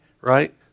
right